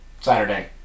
Saturday